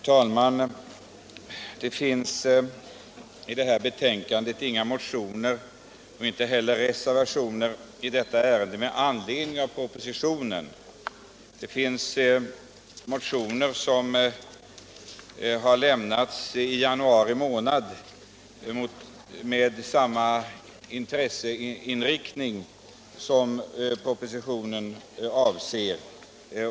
Herr talman! I betänkandet finns inga motioner eller reservationer med anledning av propositionen. Motioner har dock lämnats in i januari månad med samma intresseinriktning som propositionen avser.